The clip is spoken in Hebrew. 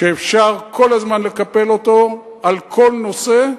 שאפשר כל הזמן לקפל אותו על כל נושא,